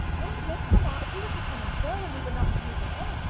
oh yes, mamma. if he were to come and go, and we were not to meet at all,